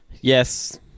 yes